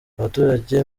abaturage